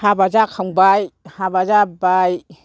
हाबा जाखांबाय हाबा जाबाय